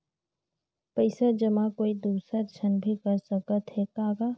पइसा जमा कोई दुसर झन भी कर सकत त ह का?